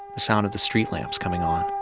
the sound of the street lamps coming on